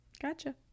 Gotcha